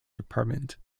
department